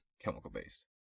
chemical-based